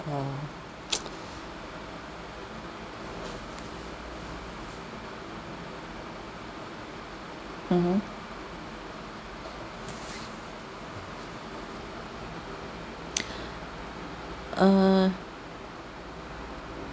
(uh huh) uh